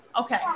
Okay